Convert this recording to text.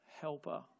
helper